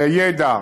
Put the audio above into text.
ידע.